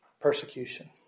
persecution